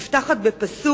נפתחת במלים: